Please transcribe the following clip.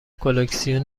کلکسیون